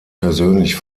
persönlich